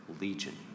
Legion